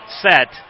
set